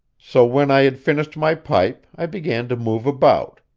so when i had finished my pipe i began to move about.